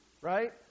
Right